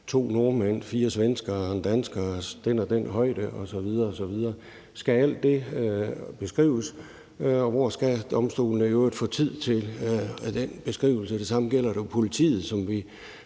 to nordmænd, fire svenskere og en dansker af den og den højde osv. osv.? Skal alt det beskrives, og hvordan skal domstolene i øvrigt få tid til at lave den beskrivelse? Det samme gælder politiet, som vi